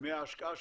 מההשקעה שעשית.